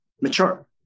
mature